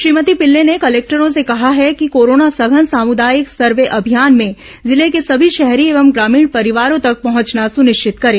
श्रीमती पिल्ले ने कलेक्टरों से कहा है कि कोरोना सघन सामुदायिक सर्वे अभियान में जिले के सभी शहरी और ंग्रामीण परिवारों तक पहुंचना सनिश्चित करें